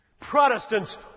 Protestants